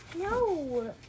No